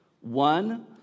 One